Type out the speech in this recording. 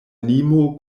limo